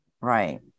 right